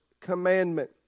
commandment